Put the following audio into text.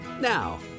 Now